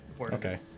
Okay